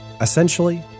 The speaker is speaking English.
Essentially